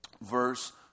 verse